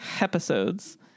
episodes